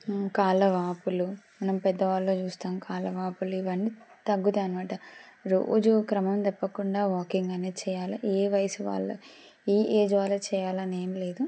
కాళ్లవాపులు మనం పెద్దవాళ్ళలో చూస్తాం కాళ్లవాపులు ఇవన్నీ తగ్గుతాయి అన్నమాట రోజు క్రమం తప్పకుండా వాకింగ్ అనేది చేయాలి ఏ వయసు వాళ్ళు ఈ ఏజ్ వాళ్ళు చేయాలనే ఏం లేదు